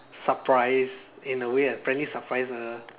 surprise in a way a friendly surprise a